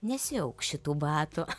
nesiauk šitų batų